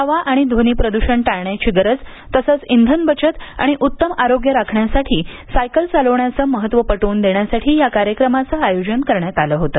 हवा आणि ध्वनी प्रद्रषण टाळण्याची गरज तसंच इंधन बचत आणि उत्तम आरोग्य राखण्यासाठी सायकल चलविण्याचं महत्त्व पटवून देण्यासाठी या कार्यक्रमाचं आयोजन करण्यात आलं होतं